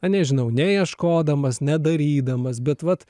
na nežinau neieškodamas nedarydamas bet vat